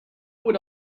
would